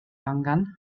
angan